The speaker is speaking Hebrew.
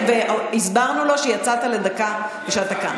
והסברנו לו שיצאת לדקה ושאתה כאן.